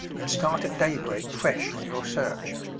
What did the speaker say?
and start at daybreak fresh on your search.